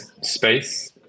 space